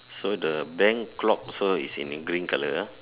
so the bank clock also is in green colour ah